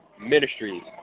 Ministries